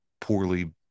poorly